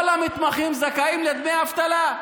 כל המתמחים זכאים לדמי אבטלה.